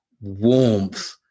warmth